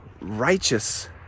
righteous